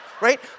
Right